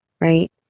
right